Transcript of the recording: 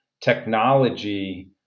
technology